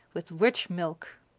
with rich milk.